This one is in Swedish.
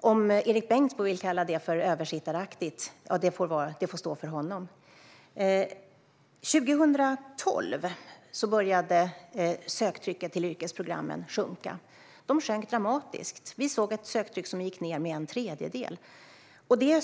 Om Erik Bengtzboe vill kalla det översittaraktigt får det stå för honom. Ökade möjligheter till grundläggande behörighet på yrkes-program och ett estetiskt ämne i alla nationella program År 2012 började söktrycket till yrkesprogrammen sjunka, och det sjönk dramatiskt - vi såg att söktrycket gick ned med en tredjedel.